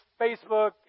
Facebook